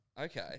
Okay